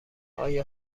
آیا